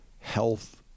health